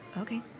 Okay